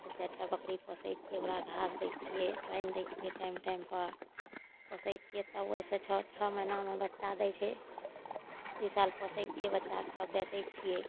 दू चारि टा बकरी पोसै छियै ओकरा घास दै छियै पानि दै छियै टाइम टाइम पर पोसै छियै तब ओहि सऽ छओ छओ महीनामे बच्चा दै छै दू साल पोसै छियै बच्चाके आ बेचै छियै